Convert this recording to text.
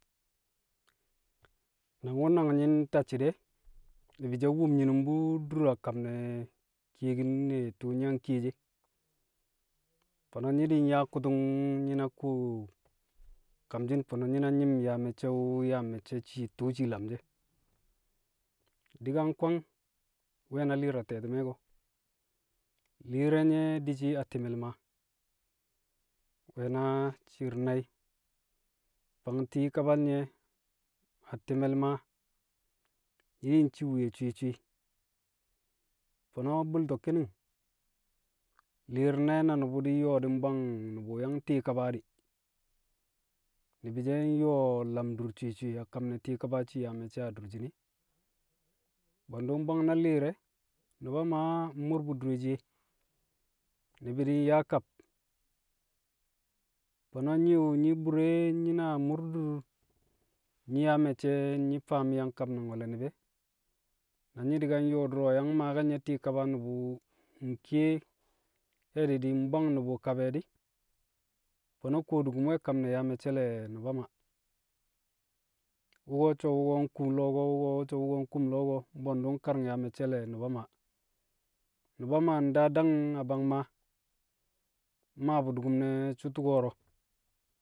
Nang wu̱ nang nyi̱ ntacci̱ de̱, nu̱bu̱ she̱ nwum nyi̱nu̱m bu̱ dur a kam ne̱ kiyekin ne̱ tṵṵ nyi̱ yang kiyeshi e. Fo̱no̱ nyi̱ di̱ nyaa ku̱tu̱ng nyi̱ na kuwo kamshi̱n, fo̱no̱ nyi̱ na nyi̱m yaa me̱cce̱ wu̱- yaa me̱cce̱ shii tṵṵ shii lamshi̱ e̱. Di̱ ka nkwang we̱ na li̱i̱r a te̱ti̱mẹ ko̱. Li̱i̱r re̱ nye̱ di̱shi̱ a ti̱me̱l Maa, nwe̱ na shi̱i̱r nai̱ fang ti̱i̱ kabal nye̱ a ti̱me̱l Maa nyi̱ ncii wuye swi̱i̱ swi̱i̱, fo̱no̱ bu̱lto̱ ki̱ni̱ng li̱i̱r nai̱, na nu̱bu̱ di̱ nyo̱o̱ di̱ bwang nu̱bu̱ yang ti̱i̱ kaba di̱, nu̱bu̱ she̱ nyo̱o̱ lam dur a kaba swi̱i̱ swi̱i̱ a kam ne̱ ti̱i̱ kaba shii yaa me̱cce̱ adurshin e̱. Bwe̱ndu̱ mbwang na li̱i̱r e̱, Nu̱ba Maa mmu̱r bu̱ dure shiye, ni̱bi̱ di̱ ka nyaa kab, fo̱no̱ nyi̱ wu̱ nyi̱ bur e, nyi̱ na mu̱r- dur nyi̱ yaa me̱cce̱ nyi̱ faam yang kab nang we̱l ni̱bi̱ e̱. Na nyi̱ di̱ ka nyo̱o̱ du̱ro̱ yang maake̱l nye̱ ti̱i̱ kaba nu̱bu̱ nkiye ke̱e̱di̱ di̱ mbwang nu̱bu̱ kab e̱ di̱. Fo̱no̱ kwodukum we̱ kam ne̱ yaa me̱cce̱ le̱ Nu̱ba Maa. Wu̱ko̱ so̱ wu̱ko̱ nkum lo̱o̱ ko̱, wu̱ko̱ so̱ wu̱ko̱ nkum lo̱o̱ ko̱, bwe̱ndu̱ nkari̱ng yaa me̱cce̱ le̱ Nu̱ba Maa. Nu̱ba Maa ndaa dang a bang Maa, mmaa bu̱ du̱ku̱m nẹ sṵṵ tu̱u̱ ko̱ro̱.